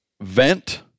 vent